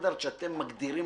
סטנדרט שאתם מגדירים